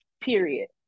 Period